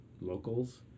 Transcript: locals